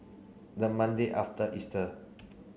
the Monday after Easter